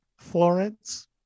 Florence